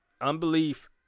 unbelief